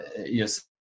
yes